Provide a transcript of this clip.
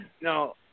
No